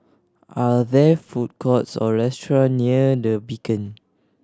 are there food courts or restaurant near The Beacon